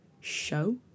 show